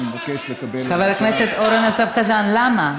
אני מבקש לקבל, חבר הכנסת אורן אסף חזן, למה?